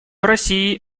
россии